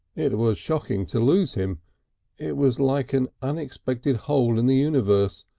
it it was shocking to lose him it was like an unexpected hole in the universe,